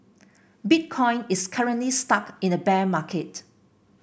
Bitcoin is currently stuck in a bear market